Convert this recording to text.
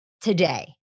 today